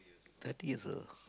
thirty is a